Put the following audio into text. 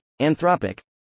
Anthropic